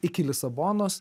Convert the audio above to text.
iki lisabonos